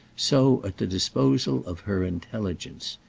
so at the disposal of her intelligence.